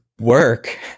work